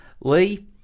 Lee